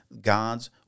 god's